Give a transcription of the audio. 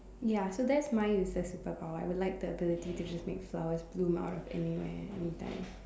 ya so that's my useless superpower I would like the ability to just make flowers bloom out of anywhere anytime